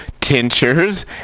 Tinctures